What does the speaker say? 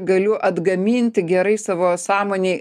galiu atgaminti gerai savo sąmonėj